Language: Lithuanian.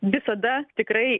visada tikrai